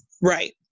right